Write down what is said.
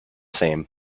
same